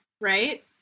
Right